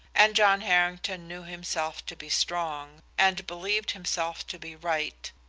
and john harrington knew himself to be strong, and believed himself to be right,